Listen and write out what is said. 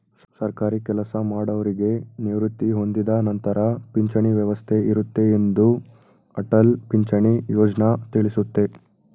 ಸರ್ಕಾರಿ ಕೆಲಸಮಾಡೌರಿಗೆ ನಿವೃತ್ತಿ ಹೊಂದಿದ ನಂತರ ಪಿಂಚಣಿ ವ್ಯವಸ್ಥೆ ಇರುತ್ತೆ ಎಂದು ಅಟಲ್ ಪಿಂಚಣಿ ಯೋಜ್ನ ತಿಳಿಸುತ್ತೆ